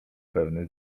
pewny